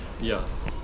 Yes